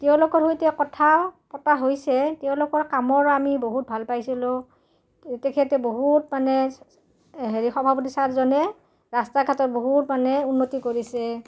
তেওঁলোকৰ সৈতে কথা পতা হৈছে তেওঁলোকৰ কামৰো আমি বহুত ভাল পাইছিলোঁ তেখেতে বহুত মানে হেৰি সভাপতি ছাৰজনে ৰাস্তা ঘাটত বহুত মানে উন্নতি কৰিছে